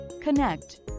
connect